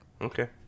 okay